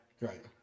Right